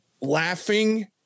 laughing